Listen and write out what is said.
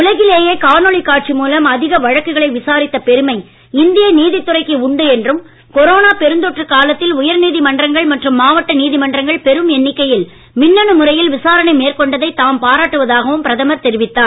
உலகிலேயே காணொளி காட்சி மூலம் அதிக வழக்குகளை விசாரித்த பெருமை இந்திய நீதித் துறைக்கு உண்டு என்றும் கொரோனா பெருந்தொற்று காலத்தில் உயர் நீதிமன்றங்கள் மற்றும் மாவட்ட நீதிமன்றங்கள் பெரும் எண்ணிக்கையில் மின்னணு முறையில் விசாரணை மேற்கொண்டதை தாம் பாராட்டுவதாகவும் பிரதமர் தெரிவித்தார்